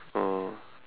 oh